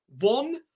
one